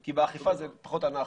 כי באכיפה זה פחות אנחנו.